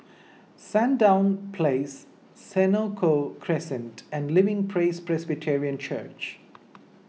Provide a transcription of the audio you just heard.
Sandown Place Senoko Crescent and Living Praise Presbyterian Church